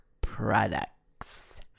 products